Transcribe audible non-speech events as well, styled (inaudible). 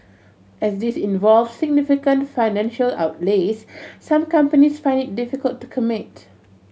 as these involve significant financial outlays (noise) some companies find it difficult to commit